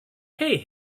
hey